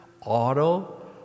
auto